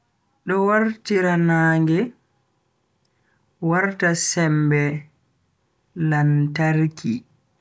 Do wartira nage warta sembe lantarki